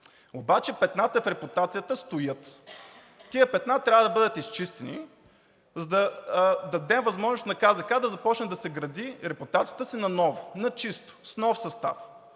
обаче петната в репутацията стоят. Тези петна трябва да бъдат изчистени, за да дадем възможност на КЗК да започне да гради репутацията си наново, на чисто, с нов състав,